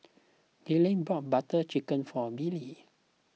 Gaylene bought Butter Chicken for Billy